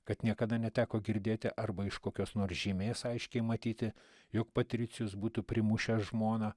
kad niekada neteko girdėti arba iš kokios nors žymės aiškiai matyti jog patricijus būtų primušęs žmoną